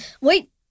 Wait